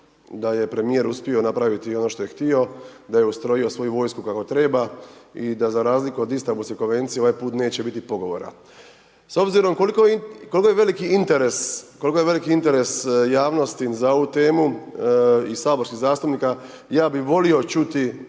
da je premjer uspio napraviti ono što je htio, da je ustrojio svoju vojsku kako treba i da razliku od Istanbulske konvencije, ovaj put neće biti pogovora. S obzirom koliko je veliki interes javnosti za ovu temu i saborskih zastupnika, ja bi volio čuti,